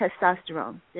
testosterone